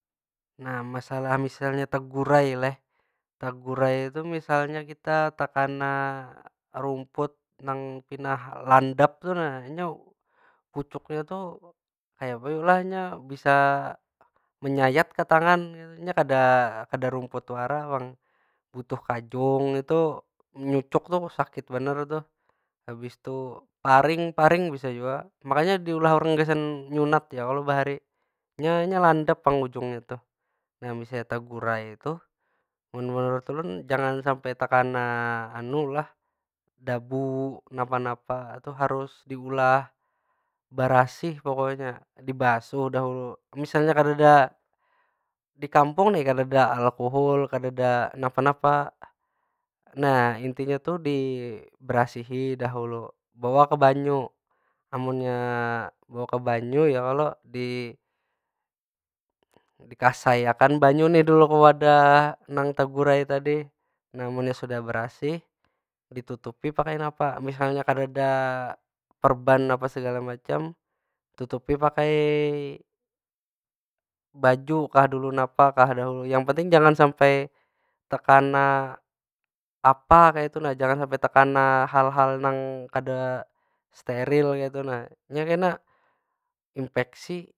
Nah masalah misalnya tagurai lah, tagurai tu misalnya kita takana rumput nang pina landap tu nah. Inya pucuknya tu, kaya apa yu lah? Nya bisa menyayat ka tangan. Nya kada rumput wara pang. Butuh kajung tu, nyucuk tu sakit banar tu. Habis tu, paring- paring bisa jua, makanya diulah urang gasan nyunat ya kalo bahari. Nya- nya landap pang ujungnya tuh. Nah misalnya tagurai tuh, mun menurut ulun jangan sampai takana dabu, napa- napa tu diulah barasih pokoknya dibasuh dahulu. Misalnya kadeda, di kampung ni kadeda alkohol, kadeda napa- napa, nah intinya tu dibarasihi dahulu. Bawa ke banyu, amunnya bawa ke banyu ya kalo di- dikasai akan banyu ni dahulu ke wadah nang tegurai tadi. Nah munnya sudah barasih, ditutupi pakai napa, misalnya kadeda perban apa segala macem, tutupi pakai baju kah dulu, napa kah dahulu. Yang penting jangan sampai tekana apa kaytu nah. Jangan sampai tekana hal- hal nang kada steril kaytu nah. Nya kena inpeksi.